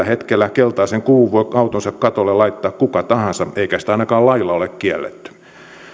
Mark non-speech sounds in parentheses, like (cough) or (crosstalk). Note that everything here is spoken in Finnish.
(unintelligible) hetkellä keltaisen kuvun voi autonsa katolle laittaa kuka tahansa eikä sitä ainakaan lailla ole kielletty